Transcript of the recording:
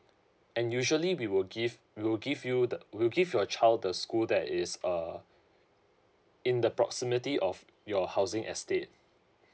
and usually we will give we'll give you the we'll give your child the school that is uh in the proximity of your housing estate